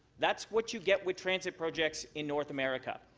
that's what you get with transit projects in north america,